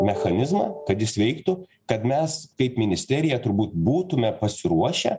mechanizmą kad jis veiktų kad mes kaip ministerija turbūt būtume pasiruošę